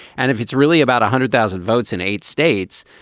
and if it's really about hundred thousand votes in eight states,